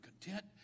content